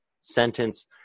sentence